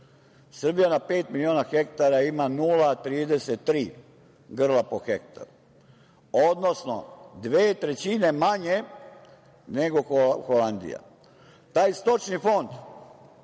Srbija na pet miliona hektara ima 0,33 grla po hektaru, odnosno dve trećine manje nego Holandija. Taj stočni fond,